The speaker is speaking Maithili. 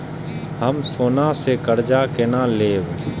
हम सोना से कर्जा केना लैब?